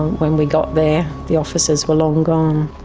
when we got there the offices were long gone.